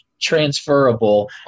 transferable